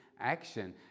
action